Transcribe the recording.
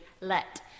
let